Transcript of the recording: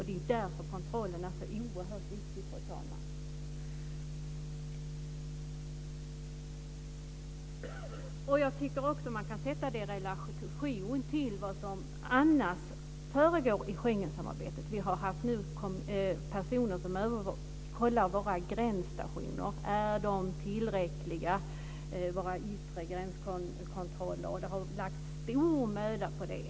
Det är därför kontrollen är så oerhört viktig, fru talman. Jag tycker också att man kan sätta detta i relation till vad som annars försiggår i Schengensamarbetet. Vi har nu haft personer här som kollat våra gränsstationer. Är våra yttre gränskontroller tillräckliga? Det har lagts ned stor möda på det.